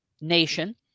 nation